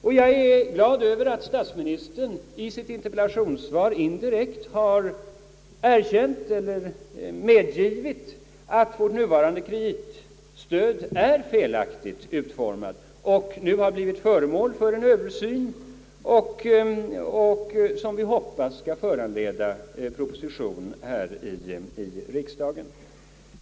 Och jag är glad över att statsministern i sitt interpellationssvar indirekt har medgivit att vårt nuvarande kreditstöd är felaktigt utformat och nu har blivit föremål för en översyn, som vi hoppas skall föranleda proposition till riksdagen.